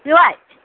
बेवाइ